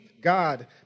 God